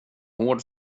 hård